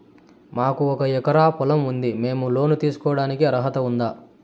మాకు ఒక ఎకరా పొలం ఉంది మేము లోను తీసుకోడానికి అర్హత ఉందా